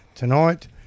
Tonight